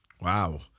Wow